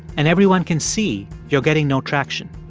and everyone can see you're getting no traction.